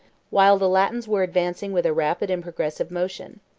while the latins were advancing with a rapid and progressive motion.